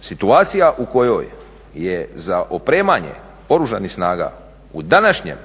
situacija u kojoj je za opremanje Oružanih snaga u današnjem